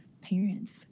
parents